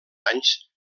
anys